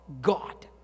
God